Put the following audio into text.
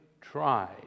tried